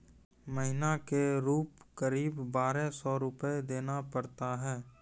महीना के रूप क़रीब बारह सौ रु देना पड़ता है?